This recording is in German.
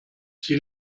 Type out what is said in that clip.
sie